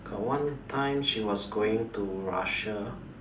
got one time she was going to Russia